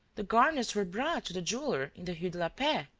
the garnets were brought to the jeweler in the rue de la paix.